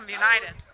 united